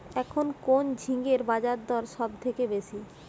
এখন কোন ঝিঙ্গের বাজারদর সবথেকে বেশি?